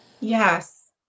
Yes